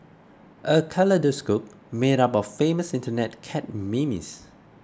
a kaleidoscope made up of famous Internet cat memes